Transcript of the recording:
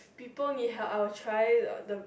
people need help I'll try the